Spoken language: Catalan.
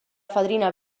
fadrina